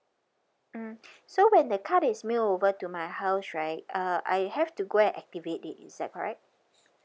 mm so when the card is mailed over to my house right uh I have to go and activate it is that correct